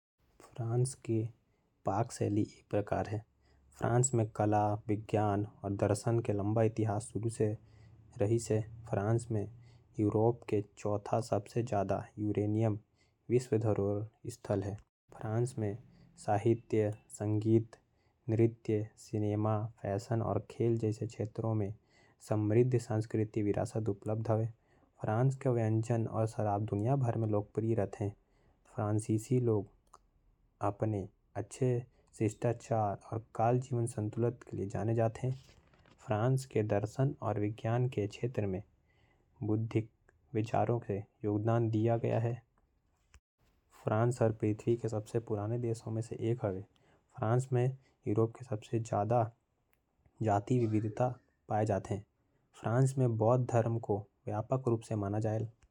फ्रांस के पाक शैली कुछ ये प्रकार है। फ्रांस के व्यंजन अपन समृद्ध स्वाद सावधानीपूर्वक तैयारी अउ। सुरुचिपूर्ण प्रस्तुति के खातिर जाने जाथे। फ्रेंच व्यंजन म ताजा सामग्री जड़ी बूटी अउ मसाले के उपयोग करे। जात हावय फ्रेंच व्यंजन म अक्सर शराब पनीर। जैतून के तेल अउ मौसमी सब्जी सामिल हावयं।